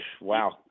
Wow